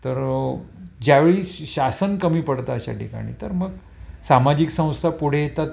तर ज्यावेळी शासन कमी पडतं अशा ठिकाणी तर मग सामाजिक संस्था पुढे येतात